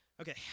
Okay